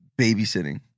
babysitting